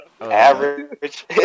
Average